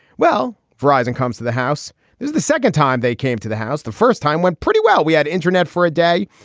well, freising comes to the house. this is the second time they came to the house. the first time went pretty well. we had internet for a day,